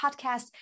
Podcast